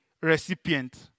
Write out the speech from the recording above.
recipient